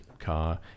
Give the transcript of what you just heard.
Car